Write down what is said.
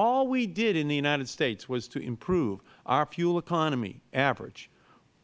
all we did in the united states was to improve our fuel economy average